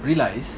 realise